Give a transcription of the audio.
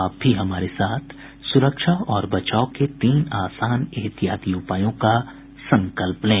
आप भी हमारे साथ सुरक्षा और बचाव के तीन आसान एहतियाती उपायों का संकल्प लें